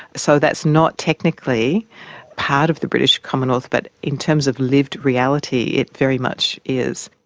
so that's not technically part of the british commonwealth, but in terms of lived reality it very much is.